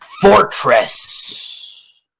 fortress